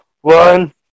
one